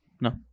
No